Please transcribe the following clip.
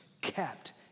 kept